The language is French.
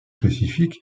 spécifiques